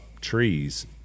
trees